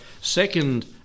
second